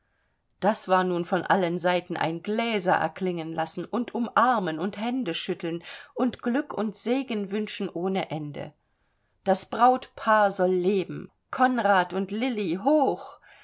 das war nun von allen seiten ein gläser erklingen lassen und umarmen und händeschütteln und glück und segenwünschen ohne ende das brautpaar soll leben konrad und lilli hoch